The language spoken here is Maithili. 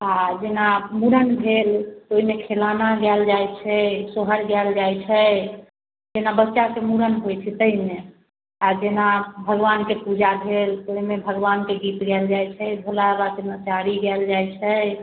आओर जेना मूड़न भेल ओहिमे खिलाना गाएल जाइ छै सोहर गाएल जाइ छै जेना बच्चाके मूड़न होइ छै ताहिमे आओर जेना भगवानके पूजा भेल ओहिमे भगवानके गीत गाएल जाइ छै भोला बाबाके नचारी गाएल जाइ छै